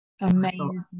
Amazing